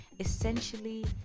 Essentially